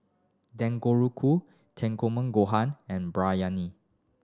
Gohan and Biryani